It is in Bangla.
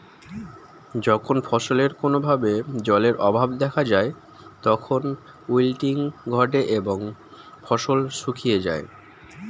যখন ফসলে কোনো ভাবে জলের অভাব দেখা যায় তখন উইল্টিং ঘটে এবং ফসল শুকিয়ে যায়